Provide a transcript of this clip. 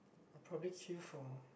I will probably queue for